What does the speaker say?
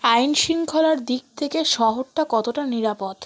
আইন শৃঙ্খলার দিক থেকে শহরটা কতটা নিরাপদ